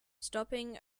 stopping